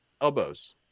elbows